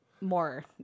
more